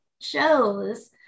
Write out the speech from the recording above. shows